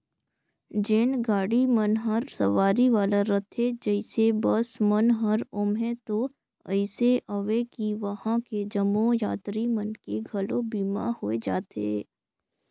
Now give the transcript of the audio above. जेन गाड़ी मन हर सवारी वाला रथे जइसे बस मन हर ओम्हें तो अइसे अवे कि वंहा के जम्मो यातरी मन के घलो बीमा होय जाथे